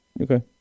Okay